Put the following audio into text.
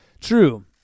True